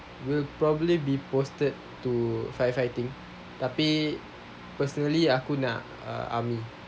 we'll probably be posted to firefighting tapi personally aku nak army